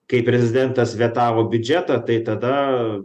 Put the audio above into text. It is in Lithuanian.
kai prezidentas vetavo biudžetą tai tada